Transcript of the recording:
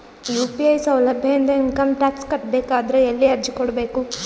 UPI ಸೌಲಭ್ಯ ಇಂದ income tax ಕಟ್ಟಬೇಕಾದರ ಎಲ್ಲಿ ಅರ್ಜಿ ಕೊಡಬೇಕು?